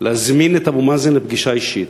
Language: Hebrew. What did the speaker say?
להזמין את אבו מאזן לפגישה אישית,